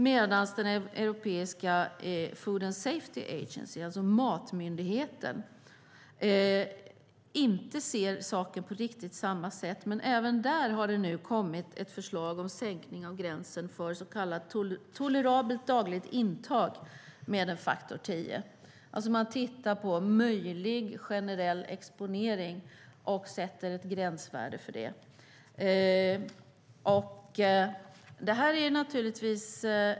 Dels är det den europeiska matmyndigheten, Efsa, som inte ser saken riktigt på samma sätt. Men även där har det nu kommit ett förslag om en sänkning med en faktor 10 av gränsen för så kallat tolerabelt dagligt intag. Man tittar på möjlig generell exponering och sätter ett gränsvärde för det.